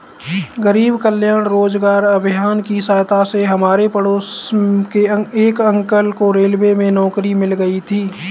गरीब कल्याण रोजगार अभियान की सहायता से हमारे पड़ोस के एक अंकल को रेलवे में नौकरी मिल गई थी